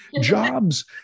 Jobs